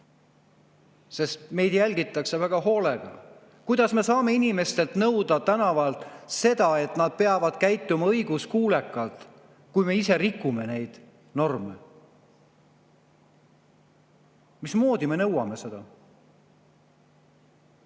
Meid jälgitakse väga hoolega. Kuidas me saame inimestelt tänaval nõuda seda, et nad peavad käituma õiguskuulekalt, kui me ise rikume norme? Mismoodi me nõuame seda?